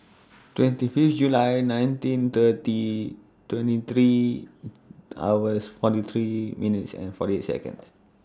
twenty Fifth July nineteen thirty twenty three hours forty three minutes and forty Seconds